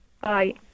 Bye